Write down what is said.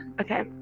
Okay